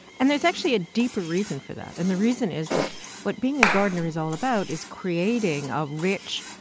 and there's actually a deeper reason for that. and the reason is that what being a gardener is all about is creating a rich,